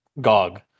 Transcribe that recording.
GOG